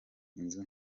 inzu